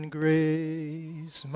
grace